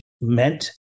meant